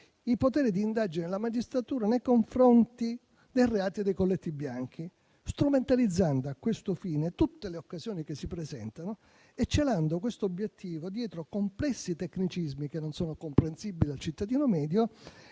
i poteri di indagine della magistratura nei confronti dei reati dei colletti bianchi, strumentalizzando a questo fine tutte le occasioni che si presentano e celando questo obiettivo dietro complessi tecnicismi che non sono comprensibili al cittadino medio